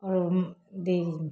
आओर